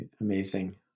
Amazing